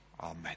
Amen